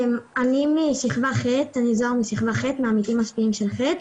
זוהר: אני זוהר משכבה ח', מעמיתים משפיעים של ח'.